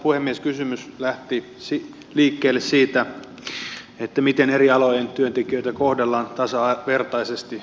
kysymys lähti liikkeelle siitä miten eri alojen työntekijöitä kohdellaan tasavertaisesti